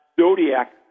Zodiac